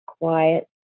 Quiet